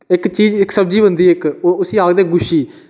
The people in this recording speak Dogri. ते इक्क चीज़ होंदी इक्क उसी आक्खदे गुच्छी